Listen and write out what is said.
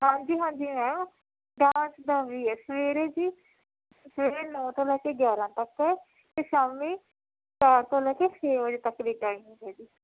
ਹਾਂਜੀ ਹਾਂਜੀ ma'am dance ਦਾ ਵੀ ਹੈ ਸਵੇਰੇ ਜੀ ਸਵੇਰੇ ਨੌ ਤੋਂ ਲੈ ਕੇ ਗਿਆਰਾਂ ਤੱਕ ਹੈ ਅਤੇ ਸ਼ਾਮੀ ਚਾਰ ਤੋਂ ਲੈ ਕੇ ਛੇ ਵਜੇ ਤੱਕ ਦੀ ਟਾਈਮਿੰਗ ਹੈ ਜੀ